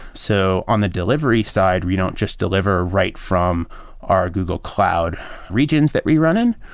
so on the delivery side, we don't just deliver right from our google cloud regions that we run in.